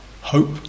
hope